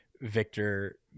Victor